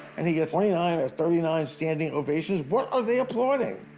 and he gets twenty nine or thirty nine standing ovations. what are they applauding?